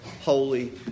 holy